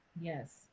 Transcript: Yes